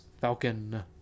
Falcon